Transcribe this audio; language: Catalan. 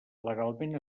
legalment